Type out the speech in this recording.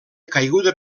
caiguda